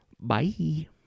Bye